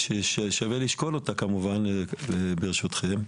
ששווה לשקול, כמובן, ברשותכם.